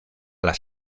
las